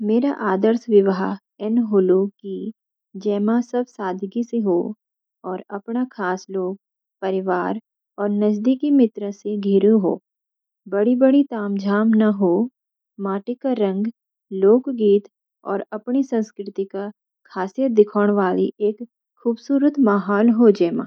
मेरा आदर्श विवाह ऐन होलो की जेमा सब सादगी सी हो, और अपणा खास लोग, परिवार, और नजदीकी मित्रां स घिरु हो। बडि-बडी ताम-झाम ना हो, माटी क रंग, लोकगीत और अपणी संस्कृति क खासियत दिखण वाली एक खुबसूरत माहौल हो जेमा।